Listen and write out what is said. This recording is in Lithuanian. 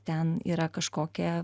ten yra kažkokia